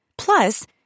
Plus